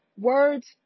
words